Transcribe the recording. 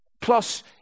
Plus